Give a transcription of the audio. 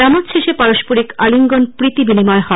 নামাজ শেষে পারস্পরিক আলিঙ্গন প্রীতি বিনিময় হয়